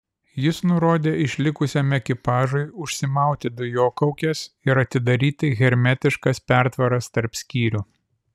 jis nurodė išlikusiam ekipažui užsimauti dujokaukes ir atidaryti hermetiškas pertvaras tarp skyrių